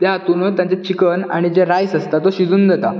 त्या हांतुनूच तांचे चिकन आनी जे रायस आसता तो शिजोवन जाता